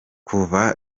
kuva